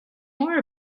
more